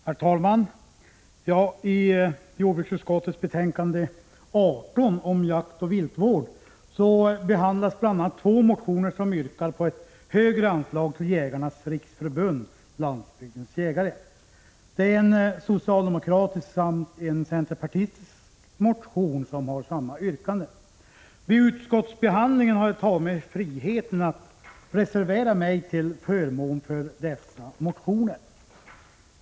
Herr talman! I jordbruksutskottets betänkande 18 om jaktoch viltvård behandlas bl.a. två motioner där det yrkas på ett högre anslag till Jägarnas riksförbund-Landsbygdens jägare. Det är en socialdemokratisk och en centerpartistisk motion som har samma yrkande. Vid utskottsbehandlingen har jag tagit mig friheten att reservera mig till förmån för dessa motioner.